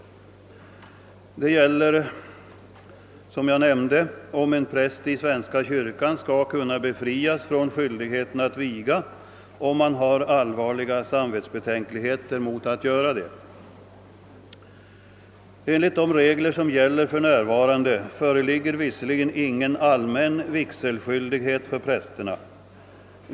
Som jag nämnde gäller denna huruvida en präst i svenska kyrkan skall kunna befrias från skyldighet att viga om han har allvarliga samvetsbetänkligheter mot att göra det. Enligt de regler som gäller för närvarande föreligger visserligen ingen allmän vigselskyldighet för prästerna.